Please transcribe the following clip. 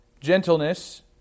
gentleness